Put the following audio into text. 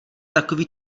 takový